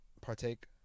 partake